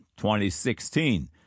2016